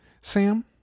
Sam